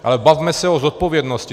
Ale bavme se o zodpovědnosti.